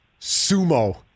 sumo